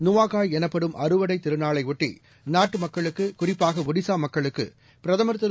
நுவாகாய் எனப்படும் அறுவடைத் திருநாளையொட்டிலு நாட்டு மக்களுக்கு குறிப்பாக ஒடிசா மக்களுக்கு பிரதமர் திரு